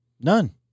None